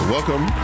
Welcome